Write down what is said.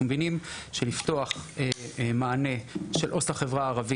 אנחנו מבינים שלפתוח מענה של עו״ס ללהט״ב,